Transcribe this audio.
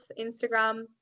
Instagram